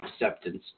acceptance